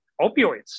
opioids